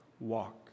walk